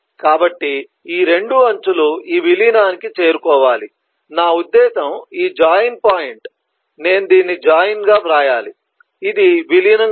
కాబట్టి ఈ రెండు అంచులు ఈ విలీనానికి చేరుకోవాలి నా ఉద్దేశ్యం ఈ జాయిన్ పాయింట్ నేను దీన్ని జాయిన్గా వ్రాయాలి ఇది విలీనం కాదు